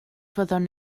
fyddwn